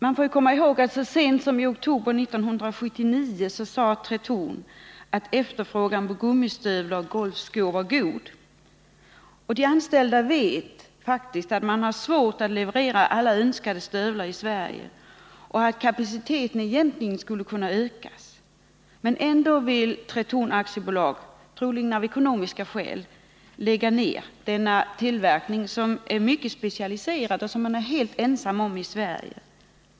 Vi får komma ihåg att Tretorn så sent som i oktober 1979 sade att efterfrågan på gummistövlar och golfskor var god. Och de anställda vet att företaget har svårt att leverera alla i Sverige efterfrågade stövlar och att kapaciteten egentligen skulle kunna ökas. Ändå vill Tretorn AB -— troligen av ekonomiska skäl — lägga ner dennå tillverkning, som är mycket specialiserad och som företaget är helt ensamt om i Sverige.